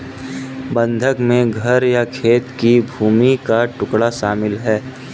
बंधक में घर या खेत की भूमि का टुकड़ा शामिल है